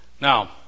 Now